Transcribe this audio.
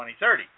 2030